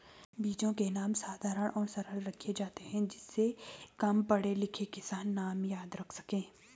बीजों के नाम साधारण और सरल रखे जाते हैं जिससे कम पढ़े लिखे किसान नाम याद रख सके